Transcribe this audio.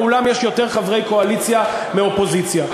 באולם יותר חברי קואליציה מחברי אופוזיציה.